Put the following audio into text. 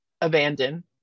abandon